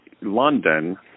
London